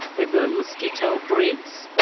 where the mosquito breeds.